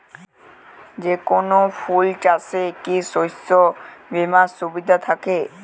যেকোন ফুল চাষে কি শস্য বিমার সুবিধা থাকে?